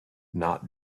not